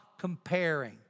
comparing